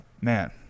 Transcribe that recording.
man